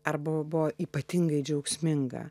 arba buvo ypatingai džiaugsminga